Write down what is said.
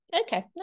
Okay